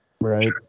Right